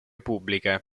pubbliche